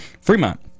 Fremont